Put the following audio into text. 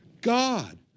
God